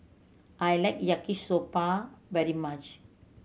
I like Yaki Soba very much